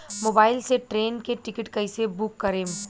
Mobile से train के ticket कैसे बूक करेम?